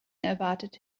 erwartet